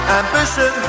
ambition